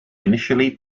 initially